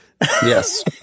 yes